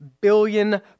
billion